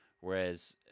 Whereas –